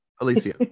Alicia